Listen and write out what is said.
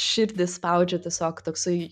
širdį spaudžia tiesiog toksai